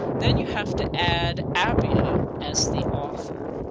then you have to add appiah as the author.